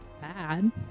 bad